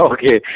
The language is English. Okay